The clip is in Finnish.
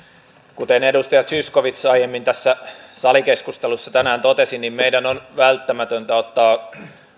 kuten edustaja zyskowicz aiemmin tässä salikeskustelussa tänään totesi meidän on välttämätöntä ottaa